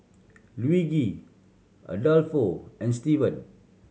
Luigi Adolfo and Steven